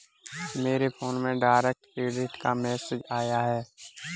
मेरे फोन में direct credit का मैसेज आया है